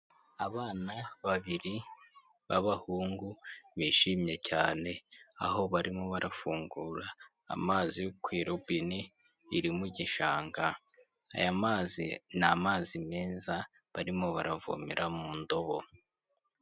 Abana babiri b'abahungu bishimye cyane aho barimo barafungura amazi yo ku irobine iri mu gishanga. Aya mazi ni amazi meza barimo baravomera mu ndobo.